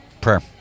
Prayer